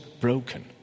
broken